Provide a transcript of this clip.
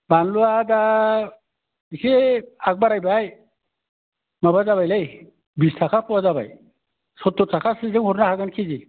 बानलुआ दा एसे बाहाग बारायबाय माबा जाबायलै बिस थाखा फवा जाबाय सत्थ'र थाखा हरनो हागोन खेजि